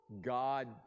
God